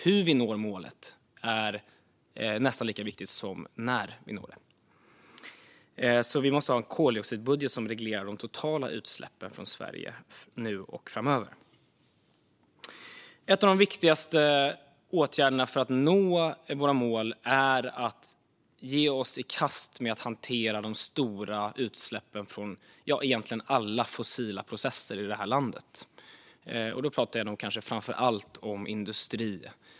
Hur vi når målet är nästan lika viktigt som när vi når det. Vi måste ha en koldioxidbudget som reglerar de totala utsläppen från Sverige nu och framöver. En av de viktigaste åtgärderna för att nå våra mål är ge oss i kast med att hantera de stora utsläppen från egentligen alla fossila processer i det här landet. Då pratar jag kanske framför allt om industri.